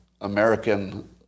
American